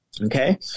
Okay